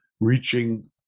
reaching